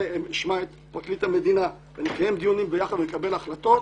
אשמע את פרקליט המדינה ונקיים דיונים ביחד ונקבל החלטות,